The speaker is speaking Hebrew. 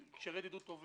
יש לנו קשרי ידידות טובים.